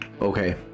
Okay